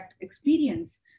experience